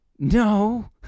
No